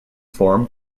form